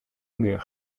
muur